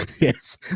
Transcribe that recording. Yes